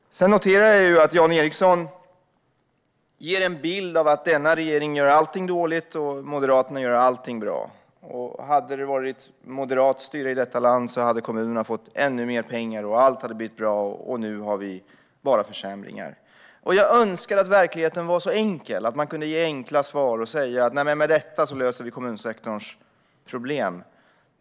Jan Ericson ger en bild av att denna regering gör allting dåligt och att Moderaterna gör allting bra. Om det hade varit moderat styre i detta land hade kommunerna fått ännu mer pengar och allt hade blivit bra, men nu är det bara försämringar. Jag önskar att verkligheten var så enkel att man kunde ge enkla svar och säga: Med detta löser vi kommunsektorns problem.